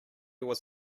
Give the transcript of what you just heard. was